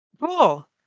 Cool